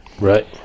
Right